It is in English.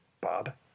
Bob